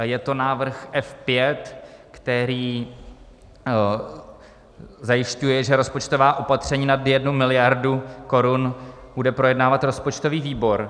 Je to návrh F5, který zajišťuje, že rozpočtová opatření nad 1 mld. korun bude projednávat rozpočtový výbor.